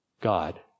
God